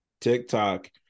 tiktok